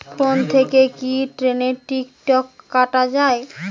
Phone থেকে কি ট্রেনের টিকিট কাটা য়ায়?